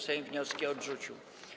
Sejm wnioski odrzucił.